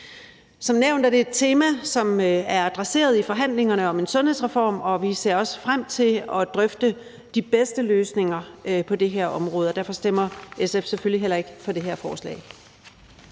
Som nævnt er det et tema, som er adresseret i forhandlingerne om en sundhedsreform, og vi ser også frem til at drøfte de bedste løsninger på det her område, og derfor stemmer SF selvfølgelig heller ikke for det her forslag.